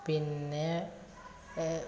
പിന്നേ